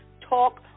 Talk